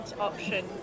option